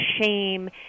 shame